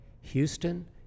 Houston